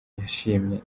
yashimye